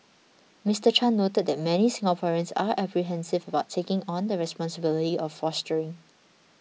Mister Chan noted that many Singaporeans are apprehensive about taking on the responsibility of fostering